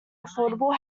affordable